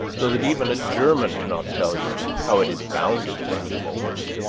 so that even a german cannot tell you how it is bounded at any moment.